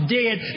dead